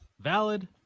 valid